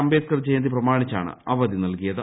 അംബേദ്ക്കർ ജയന്തി പ്രമാണിച്ചാണ് അവധി നൽകിയത്